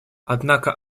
однако